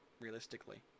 realistically